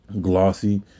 glossy